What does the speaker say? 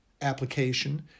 application